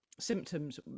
symptoms